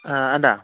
आदा